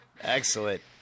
Excellent